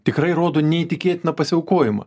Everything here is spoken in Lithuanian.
tikrai rodo neįtikėtiną pasiaukojimą